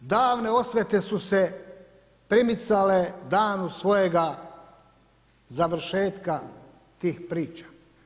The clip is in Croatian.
Davne osvete su se primicale danu svojega završetka tih priča.